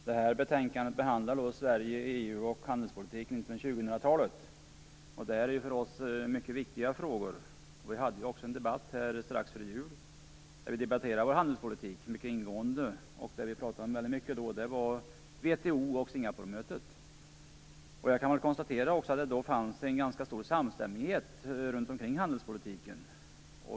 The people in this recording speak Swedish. Herr talman! I det här betänkandet behandlas Sverige, EU och handelspolitiken inför 2000-talet, och det är för oss mycket viktiga frågor. Vi hade också en debatt strax före jul, där vi mycket ingående debatterade vår handelspolitik. Något vi pratade mycket om då var WTO och Singaporemötet. Jag kan konstatera att det då fanns en ganska stor samstämmighet runt handelspolitiken.